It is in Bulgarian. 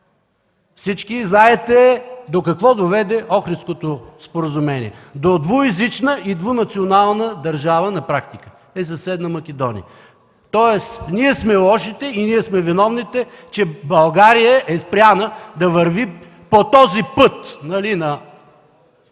Всички знаете до какво доведе Охридското споразумение –двуезична и двунационална държава на практика е съседна Македония. Тоест ние сме лошите и виновните, че България е спряна да върви по този път на...